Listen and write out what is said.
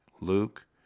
Luke